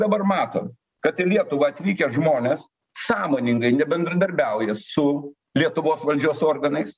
dabar mato kad į lietuvą atvykę žmonės sąmoningai nebendradarbiauja su lietuvos valdžios organais